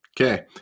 Okay